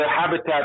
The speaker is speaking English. habitat